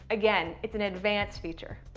again, it's an advanced feature.